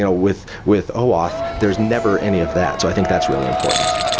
ah with with oauth, there is never any of that, so i think that's really important.